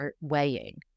weighing